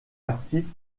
actif